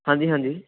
ਹਾਂਜੀ ਹਾਂਜੀ